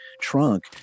trunk